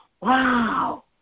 wow